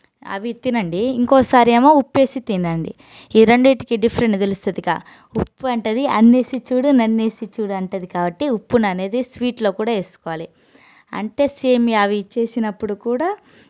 అవి తినండి ఇంకోసారి ఏమో ఉప్పేసి తినండి ఈ రెండింటికి డిఫరెంట్ తెలుస్తుందిగా ఉప్పు అంటది అన్నేసి చూడు నన్నేసి చూడు అంటది కాబట్టి ఉప్పుని అనేది స్వీట్లలలో కూడా వేసుకోవాలి అంటే సేమియా అవి చేసినప్పుడు కూడా